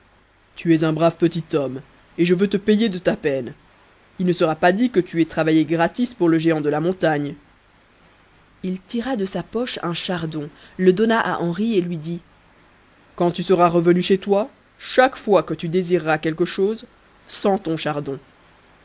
tu es un brave petit homme et je veux te payer de ta peine il ne sera pas dit que tu aies travaille gratis pour le géant de la montagne il tira de sa poche un chardon le donna à henri et lui dit quand tu seras revenu chez toi chaque fois que tu désireras quelque chose sens ton chardon